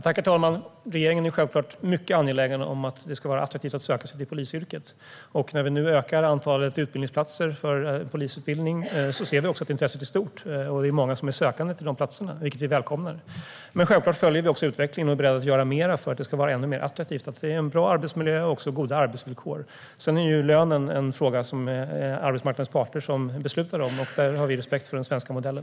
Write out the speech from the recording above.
Herr talman! Regeringen är självklart mycket angelägen om att det ska vara attraktivt att söka sig till polisyrket. När vi nu ökar antalet platser på polisutbildningen ser vi också att intresset är stort. Det är många sökande till de platserna, vilket är välkommet. Men självklart följer vi också utvecklingen och är beredda att göra mer för att det ska vara ännu mer attraktivt att jobba som polis - med en bra arbetsmiljö och goda arbetsvillkor. Sedan är lönen en fråga som arbetsmarknadens parter beslutar om. Där har vi respekt för den svenska modellen.